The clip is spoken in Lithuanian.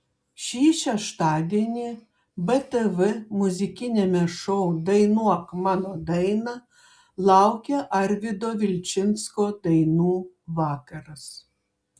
šį šeštadienį btv muzikiniame šou dainuok mano dainą laukia arvydo vilčinsko dainų vakaras